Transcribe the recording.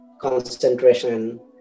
concentration